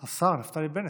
השר, נפתלי בנט,